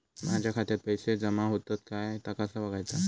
माझ्या खात्यात पैसो जमा होतत काय ता कसा बगायचा?